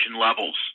levels